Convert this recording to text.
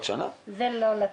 זה לא להתייחס.